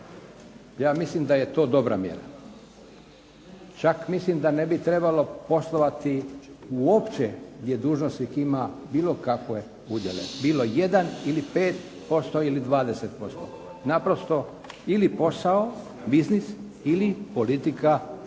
Ja mislim da je to dobra mjera. Čak mislim da ne bi trebalo poslovati uopće gdje dužnosnik ima bilo kakve udjele. Bilo 1 ili 5 ili 20%. Naprosto, ili posao, biznis ili politika u